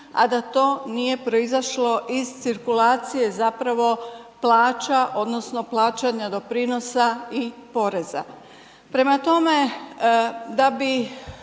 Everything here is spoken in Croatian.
a da to nije proizašlo iz cirkulacije zapravo plaća odnosno plaćanja doprinosa i poreza. Prema tome, da bi